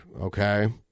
Okay